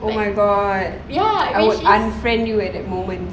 oh my god I would unfriend you at that moment